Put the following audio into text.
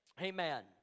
Amen